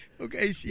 Okay